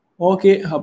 Okay